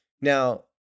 Now